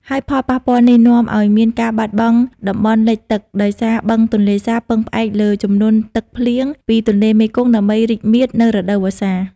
ហើយផលប៉ះពាល់នេះនាំឲ្យមានការបាត់បង់តំបន់លិចទឹក ដោយសារបឹងទន្លេសាបពឹងផ្អែកលើជំនន់ទឹកភ្លៀងពីទន្លេមេគង្គដើម្បីរីកមាឌនៅរដូវវស្សា។